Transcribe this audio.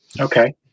okay